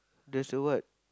there's a what